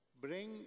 bring